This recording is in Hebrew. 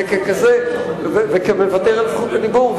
גם מוותר על זכות הדיבור.